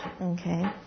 Okay